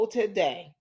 today